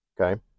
okay